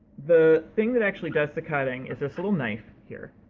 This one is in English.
the thing that actually does the cutting is this little knife here,